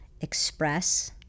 express